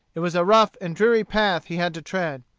it was a rough and dreary path he had to tread.